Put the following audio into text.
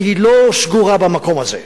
שהיא לא שגורה במקום הזה.